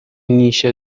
نیشت